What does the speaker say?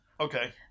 Okay